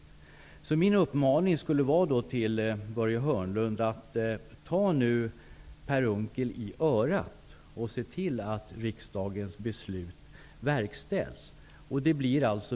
Min uppmaning till Börje Hörnlund är att han nu skall ta Per Unckel i örat och se till att riksdagens beslut verkställs.